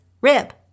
rib